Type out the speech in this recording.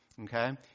okay